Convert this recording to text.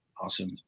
awesome